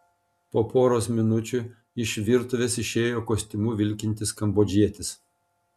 po poros minučių iš virtuvės išėjo kostiumu vilkintis kambodžietis